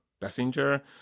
passenger